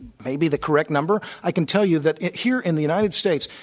maybe, the correct number. i can tell you that, here in the united states,